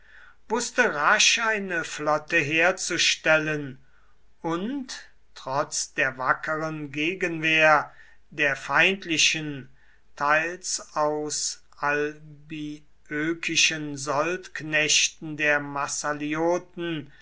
wußte rasch eine flotte herzustellen und trotz der wackeren gegenwehr der feindlichen teils aus albiökischen soldknechten der